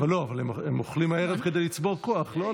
אבל לא, הם אוכלים הערב כדי לצבור כוח, לא?